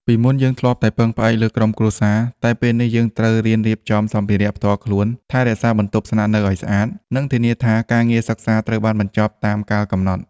ពីមុនយើងធ្លាប់តែពឹងផ្អែកលើក្រុមគ្រួសារ តែពេលនេះយើងត្រូវរៀនរៀបចំសម្ភារៈផ្ទាល់ខ្លួន ថែរក្សាបន្ទប់ស្នាក់នៅឲ្យស្អាត និងធានាថាការងារសិក្សាត្រូវបានបញ្ចប់តាមកាលកំណត់។